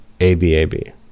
A-B-A-B